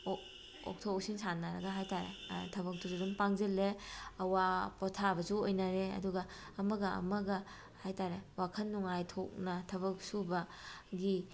ꯑꯣꯛꯊꯣꯛ ꯑꯣꯛꯁꯤꯟ ꯁꯥꯟꯅꯔꯒ ꯍꯥꯏꯇꯥꯔꯦ ꯊꯕꯛꯇꯨꯗꯤ ꯑꯗꯨꯝ ꯄꯥꯡꯖꯤꯜꯂꯦ ꯑꯋꯥ ꯄꯣꯊꯥꯕꯁꯨ ꯑꯣꯏꯅꯔꯦ ꯑꯗꯨꯒ ꯑꯃꯒ ꯑꯃꯒ ꯍꯥꯏꯇꯥꯔꯦ ꯋꯥꯈꯟ ꯅꯨꯡꯉꯥꯏꯊꯣꯛꯅ ꯊꯕꯛ ꯁꯨꯕꯒꯤ